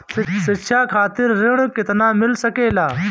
शिक्षा खातिर ऋण केतना मिल सकेला?